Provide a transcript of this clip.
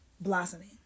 blossoming